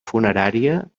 funerària